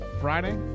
Friday